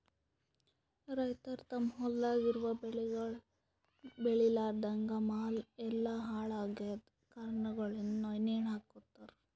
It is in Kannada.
ರೈತುರ್ ತಮ್ ಹೊಲ್ದಾಗ್ ಇರವು ಬೆಳಿಗೊಳ್ ಬೇಳಿಲಾರ್ದಾಗ್ ಮಾಲ್ ಎಲ್ಲಾ ಹಾಳ ಆಗಿದ್ ಕಾರಣಗೊಳಿಂದ್ ನೇಣ ಹಕೋತಾರ್